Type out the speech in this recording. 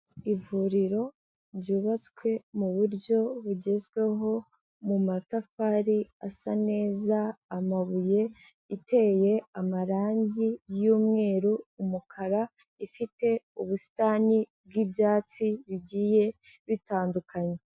Ivuriro ryubatswe muburyo bugezweho mu matafari asa neza, amabuye, iteye amarangi y'umweru, umukara, ifite ubusitani bw'ibyatsi bigiye bitandukanye.